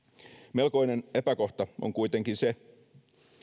melkoinen epäkohta on kuitenkin se